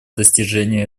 достижению